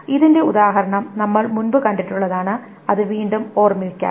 ഇതിന്റെ ഉദാഹരണം നമ്മൾ മുൻപ് കണ്ടിട്ടുള്ളതാണ് അത് വീണ്ടും ഓർമ്മിക്കാം